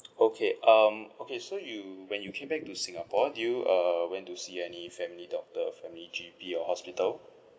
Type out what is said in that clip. okay um okay so you when you came back to singapore did you uh went to see any family doctor family G_P or hospital